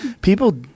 People